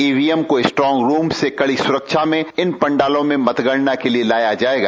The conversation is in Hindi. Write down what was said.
ईवीएम को स्ट्रांग रूम से कड़ी सुरक्षा में इन पंडालों में मतगणना के लिए लाया जाएगा